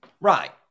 Right